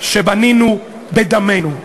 שבנינו בדמנו".